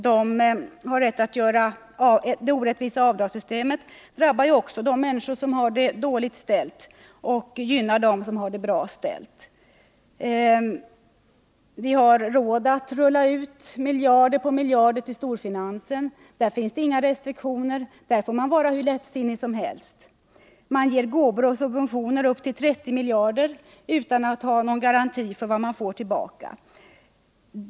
Det orättvisa avdragssystemet drabbar också de människor som har det dåligt ställt och gynnar dem som har det bra ställt. Man har råd att rulla ut miljard på miljard till storfinansen — där finns det inga restriktioner, där får man vara hur lättsinnig som helst. Man ger gåvor och subventioner upp till 30 miljarder utan att ha några garantier för vad man får tillbaka.